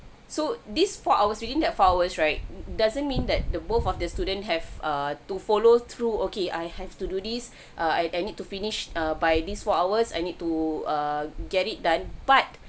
so this four hours within that four hours right doesn't mean that the both of their students have err to follow through okay I have to do this I I need to finish by this four hours I need to err get it done but